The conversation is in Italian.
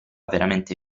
veramente